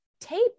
tape